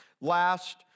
last